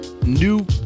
new